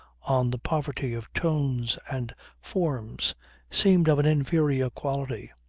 on the poverty of tones and forms seemed of an inferior quality,